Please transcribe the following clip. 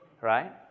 Right